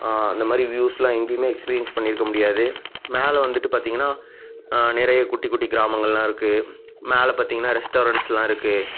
அந்த மாதிரி வியூஸ்செல்லாம் எங்கேயுமே எக்ஸ்பீரியன்ஸ் பண்ணியிருக்க முடியாது மேலே வந்துட்டு பார்த்தீங்கன்னா நிறைய குட்டிக் குட்டி கிராமங்கெல்லாம் இருக்குது மேலே பார்த்தீங்கன்னா ரெஸ்டாரண்ட்ஸ்செல்லாம் இருக்குது